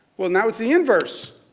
well, now, it's the in verse,